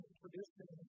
tradition